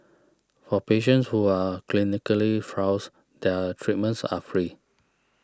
for patients who are clinically trials their treatments are free